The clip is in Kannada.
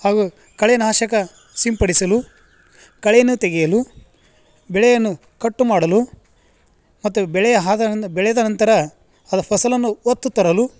ಹಾಗೂ ಕಳೆನಾಶಕ ಸಿಂಪಡಿಸಲು ಕಳೆಯನ್ನು ತೆಗೆಯಲು ಬೆಳೆಯನ್ನು ಕಟ್ಟು ಮಾಡಲು ಮತ್ತು ಬೆಳೆಯ ಹಾದನೊಂದು ಬೆಳೆದ ನಂತರ ಅದು ಫಸಲನ್ನು ಹೊತ್ತು ತರಲು